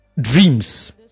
dreams